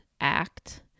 act